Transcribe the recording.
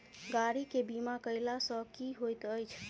गाड़ी केँ बीमा कैला सँ की होइत अछि?